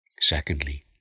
Secondly